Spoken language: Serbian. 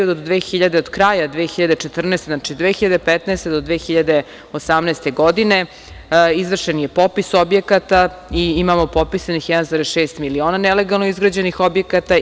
Od kraja 2014. godine, znači 2015. do 2018. godine, izvršen je popis objekata i imamo popisanih 1,6 miliona nelegalno izgrađenih objekata.